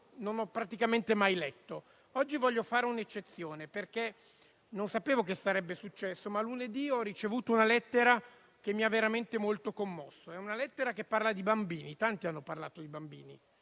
non ho praticamente mai letto. Oggi voglio fare un'eccezione, perché non sapevo che sarebbe successo, ma lunedì ho ricevuto una lettera che mi ha veramente molto commosso. È una lettera che parla di bambini (tanti hanno parlato di bambini